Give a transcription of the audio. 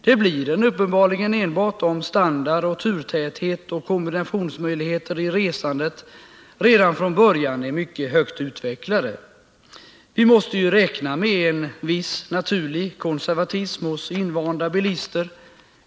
Det blir den uppenbarligen enbart om standard, turtäthet och kombinationsmöjligheter i resandet redan från början är mycket högt utvecklade. Vi måste räkna med en viss naturlig konservatism hos invanda bilister.